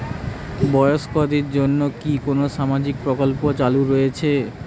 বয়স্কদের জন্য কি কোন সামাজিক প্রকল্প চালু রয়েছে?